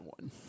one